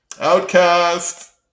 Outcast